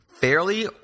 fairly